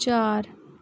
चार